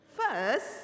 First